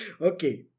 Okay